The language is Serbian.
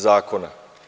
Zakona.